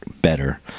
better